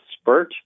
spurt